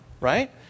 right